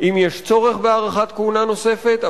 אם יש צורך בהארכת כהונה נוספת,